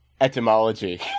Etymology